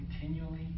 continually